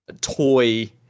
toy